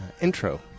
intro